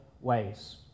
ways